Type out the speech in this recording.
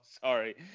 Sorry